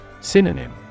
Synonym